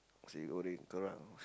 see how later lah